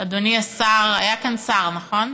אדוני השר, היה כאן שר, נכון?